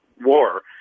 war